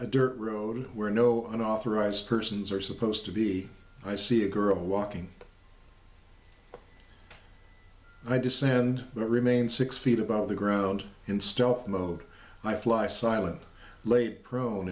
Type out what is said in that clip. a dirt road where no unauthorized persons are supposed to be i see a girl walking i descend but remain six feet above the ground in stealth mode i fly silent lay prone